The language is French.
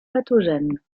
pathogènes